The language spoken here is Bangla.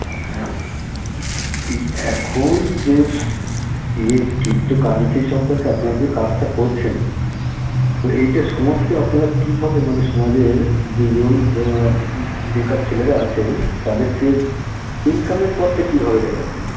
হ্যাঁ এই এখন যে ইয়ে ক্রিপ্টোকারেন্সির সম্পর্কে আপনারা যে কাজটা করছেন তো এইটা সমাজকে আপনার কীভাবে মানে সমাজের যে ইয়ং যে বেকার ছেলেরা আছে তাদেরকে ইনকামের পথটা কীভাবে দেখাচ্ছেন